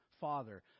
father